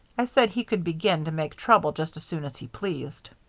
i said he could begin to make trouble just as soon as he pleased.